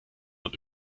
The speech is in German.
und